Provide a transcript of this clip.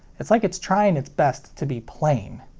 it's like it's trying its best to be plain.